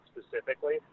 specifically